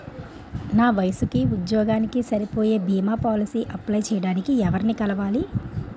నా వయసుకి, ఉద్యోగానికి సరిపోయే భీమా పోలసీ అప్లయ్ చేయటానికి ఎవరిని కలవాలి?